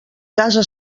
casa